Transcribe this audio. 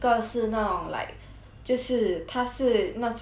就是他是那种 err